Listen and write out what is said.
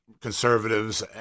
conservatives